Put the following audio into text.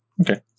Okay